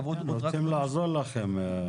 רוצים לעזור לכם.